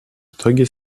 итоги